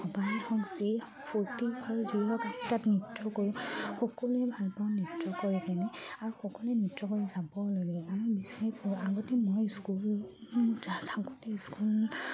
সবাহে হওক যি হওক ফূৰ্তি কৰোঁ যি হওক তাত নৃত্য কৰোঁ সকলোৱে ভাল পাওঁ নৃত্য কৰি পিনে আৰু সকলোৱে নৃত্য কৰি যাব ল'লে আমি বিচাৰি ফুৰোঁ আগতে মই স্কুলত থাকোঁতে স্কুল